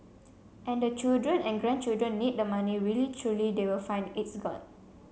and the children and grandchildren need the money really truly they will find it's gone